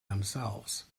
themselves